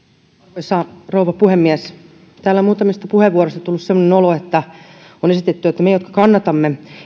arvoisa rouva puhemies täällä muutamista puheenvuoroista on tullut semmoinen olo että on esitetty että me jotka kannatamme